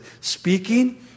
Speaking